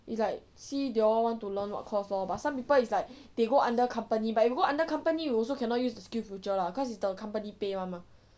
it's like see they all want to learn what course lor but some people is like they go under company but if you go under company you also cannot use the skills future lah cause it's the company pay [one] mah